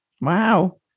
wow